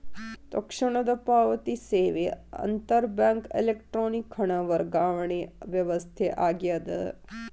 ತಕ್ಷಣದ ಪಾವತಿ ಸೇವೆ ಅಂತರ್ ಬ್ಯಾಂಕ್ ಎಲೆಕ್ಟ್ರಾನಿಕ್ ಹಣ ವರ್ಗಾವಣೆ ವ್ಯವಸ್ಥೆ ಆಗ್ಯದ